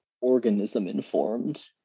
organism-informed